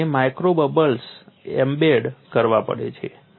તેમને micro bubbles embed કરવા પડે છે